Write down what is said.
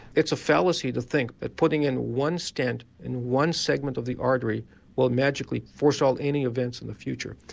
it's a fallacy to think that putting in one stent in one segment of the artery will magically forestall any events in the future.